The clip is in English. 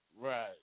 right